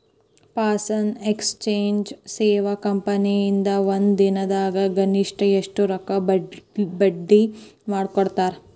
Foreign exchange ಸೇವಾ company ಇಂದಾ ಒಂದ್ ದಿನ್ ದಾಗ್ ಗರಿಷ್ಠ ಎಷ್ಟ್ ರೊಕ್ಕಾ ಬದ್ಲಿ ಮಾಡಿಕೊಡ್ತಾರ್?